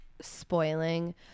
spoiling